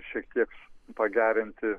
šiek tiek pagerinti